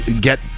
get